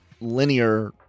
linear